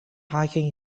hiking